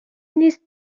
نیست